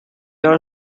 are